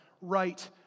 right